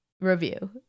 review